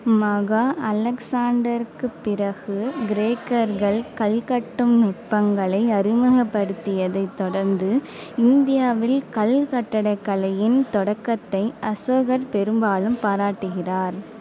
மகா அலெக்ஸாண்டருக்குப் பிறகு கிரேக்கர்கள் கல் கட்டும் நுட்பங்களை அறிமுகப்படுத்தியதைத் தொடர்ந்து இந்தியாவில் கல் கட்டிடக்கலையின் தொடக்கத்தை அசோகர் பெரும்பாலும் பாராட்டுகிறார்